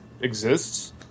exists